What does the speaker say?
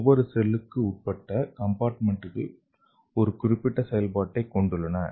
ஒவ்வொரு செல்லுக்கு உட்பட்ட கம்பார்ட்மெண்ட்களும் ஒரு குறிப்பிட்ட செயல்பாட்டைக் கொண்டுள்ளன